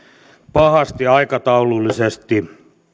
pahasti aikataulullisesti